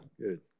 Good